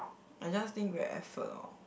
I just think great effort lor